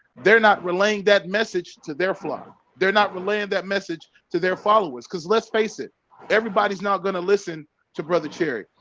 they're not relying that message to their fly they're not relying that message to their followers because let's face it everybody's not going to listen to brother cherry.